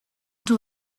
too